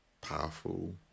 powerful